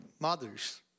Mothers